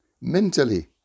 Mentally